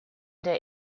der